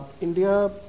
India